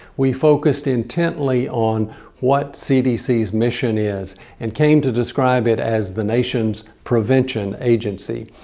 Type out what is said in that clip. we focused intently on what cdc's mission is and came to describe it as the nation's prevention agency.